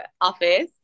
office